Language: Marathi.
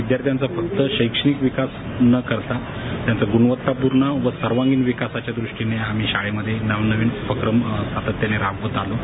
विद्यार्थ्यांचा फक्त शैक्षणिक विकास न करता त्यांचा गुणवत्तापूर्ण आणि सर्वांगिण विकासाच्या दृष्टीनं आम्ही शाळेत नव नवीन उपक्रम सातत्यानं राबवत आलो